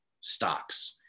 stocks